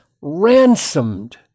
ransomed